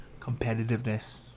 Competitiveness